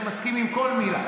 אני מסכים עם כל מילה.